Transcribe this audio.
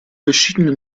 verschiedene